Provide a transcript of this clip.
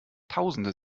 tausende